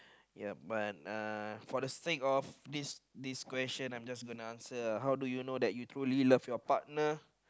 ya but uh for the sake of this this question I'm just gonna answer how do you know that you truly love your partner